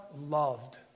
loved